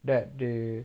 that they